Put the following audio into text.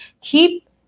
keep